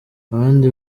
abandi